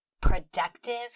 productive